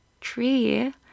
tree